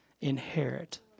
inherit